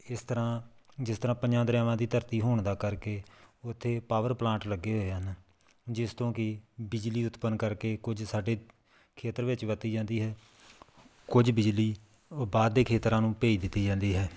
ਇਸ ਤਰ੍ਹਾਂ ਜਿਸ ਤਰ੍ਹਾਂ ਪੰਜਾਂ ਦਰਿਆਵਾਂ ਦੀ ਧਰਤੀ ਹੋਣ ਦਾ ਕਰਕੇ ਉੱਥੇ ਪਾਵਰ ਪਲਾਂਟ ਲੱਗੇ ਹੋਏ ਹਨ ਜਿਸ ਤੋਂ ਕਿ ਬਿਜਲੀ ਉਤਪੰਨ ਕਰਕੇ ਕੁਝ ਸਾਡੇ ਖੇਤਰ ਵਿੱਚ ਵਰਤੀ ਜਾਂਦੀ ਹੈ ਕੁਝ ਬਿਜਲੀ ਉਹ ਬਾਹਰ ਦੇ ਖੇਤਰਾਂ ਨੂੰ ਭੇਜ ਦਿੱਤੀ ਜਾਂਦੀ ਹੈ